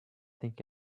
think